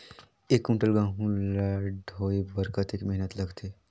एक कुंटल गहूं ला ढोए बर कतेक मेहनत लगथे?